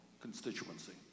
constituency